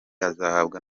azahabwa